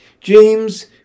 James